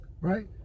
right